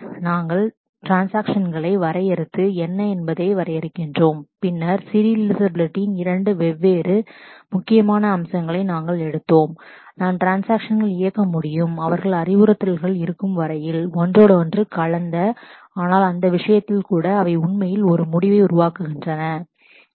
எனவே நாங்கள் ட்ரான்ஸாக்ஷன்ஸ்களை வரையறுத்து என்ன என்பதை வரையறுக்கிறோம் பின்னர் சீரியலைசபிலிட்டியின் இரண்டு வெவ்வேறு முக்கியமான அம்சங்களை நாங்கள் எடுத்தோம் நாம் ட்ரான்ஸாக்ஷன்ஸ் இயக்க முடியும் அவர்களின் அறிவுறுத்தல்கள் இருக்கும் வகையில் ஒன்றோடொன்று கலந்த ஆனால் அவை உண்மையில் ஒரு முடிவை உருவாக்குகின்றன